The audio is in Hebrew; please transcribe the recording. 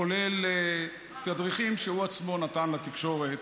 כולל תדריכים שהוא עצמו נתן לתקשורת,